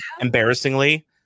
embarrassingly